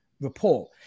Report